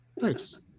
thanks